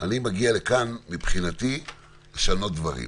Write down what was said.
אני מגיע לכאן מבחינתי לשנות דברים.